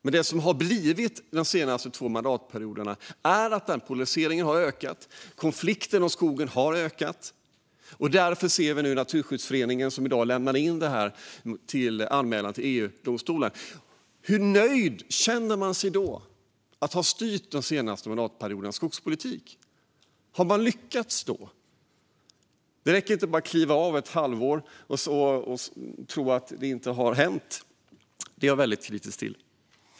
Men de senaste två mandatperioderna har polariseringen och konflikten om skogen ökat. Därför ser vi nu att Naturskyddsföreningen i dag lämnade in sin anmälan till EU-domstolen. Hur nöjd känner man sig då över att ha styrt de senaste mandatperiodernas skogspolitik? Har man lyckats då? Det räcker inte att bara kliva av i ett halvår och tro att det inte har hänt. Det är jag väldigt kritisk till.